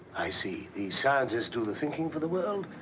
i see. the scientists do the thinking for the world.